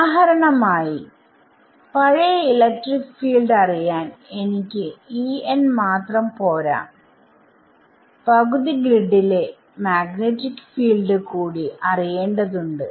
ഉദാഹരണം ആയി പഴയ ഇലക്ട്രിക് ഫീൽഡ് അറിയാൻ എനിക്ക് മാത്രം പോരാ പകുതി ഗ്രിഡിലെ മാഗ്നെറ്റിക് ഫീൽഡ് കൂടി അറിയേണ്ടതുണ്ട്